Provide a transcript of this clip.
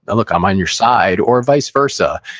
look, i'm on your side, or vice versa.